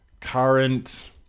current